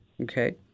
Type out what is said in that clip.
okay